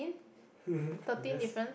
I guess